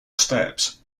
steps